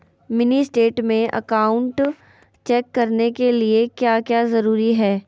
Mini state में account check करने के लिए क्या क्या जरूरी है?